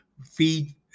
feed